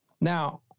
Now